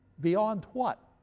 beyond what?